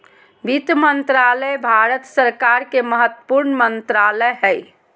वित्त मंत्रालय भारत सरकार के महत्वपूर्ण मंत्रालय हइ